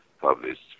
published